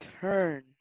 turn